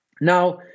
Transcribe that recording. Now